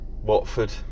Watford